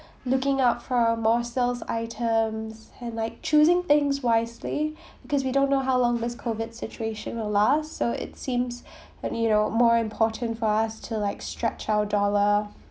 looking up for more sales items and like choosing things wisely because we don't know how long this COVID situation will last so it seems like you know more important for us to like stretch our dollar